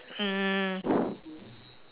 um